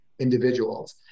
individuals